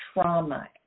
trauma